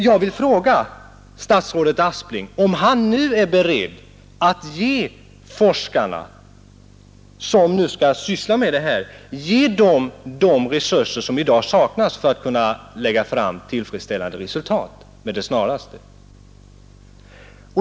Jag vill fråga statsrådet Aspling, om han nu är beredd att ge de forskare som skall syssla med frågan de resurser som i dag saknas för att med det snaraste få fram tillfredsställande resultat.